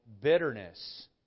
bitterness